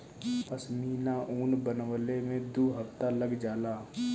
पश्मीना ऊन बनवले में दू हफ्ता लग जाला